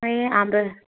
ए हाम्रो